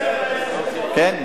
כן?